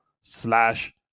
slash